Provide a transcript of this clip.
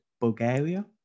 Bulgaria